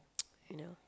you know